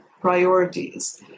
priorities